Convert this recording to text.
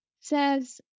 says